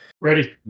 Ready